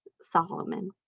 Solomon